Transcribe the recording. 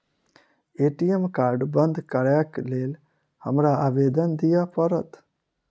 ATM card बंद करैक लेल हमरा आवेदन दिय पड़त?